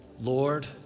Lord